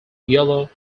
yellow